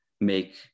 make